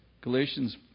Galatians